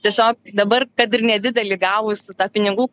tiesiog dabar kad ir nedidelį gavus tą pinigų